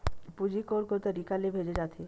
पूंजी कोन कोन तरीका ले भेजे जाथे?